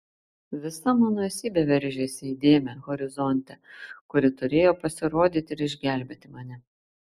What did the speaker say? visa mano esybė veržėsi į dėmę horizonte kuri turėjo pasirodyti ir išgelbėti mane